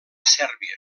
sèrbia